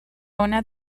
una